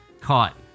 caught